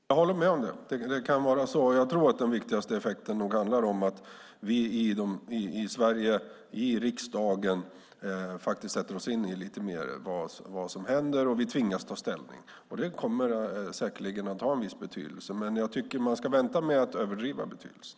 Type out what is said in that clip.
Herr talman! Jag håller med om det; det kan vara så. Jag tror att den viktigaste effekten handlar om att vi i Sverige, i riksdagen, sätter oss in lite mer i vad som händer och tvingas ta ställning. Det kommer säkerligen att ha en viss betydelse, men jag tycker att man ska vänta med att överdriva betydelsen.